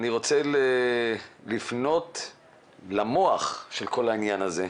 אני רוצה לפנות למוח של כל העניין הזה.